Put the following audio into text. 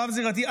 רב-זירתיות.